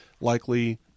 likely